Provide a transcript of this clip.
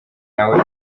nawe